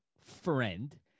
friend